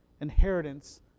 inheritance